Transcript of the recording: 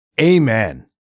Amen